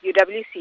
UWC